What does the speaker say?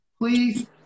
please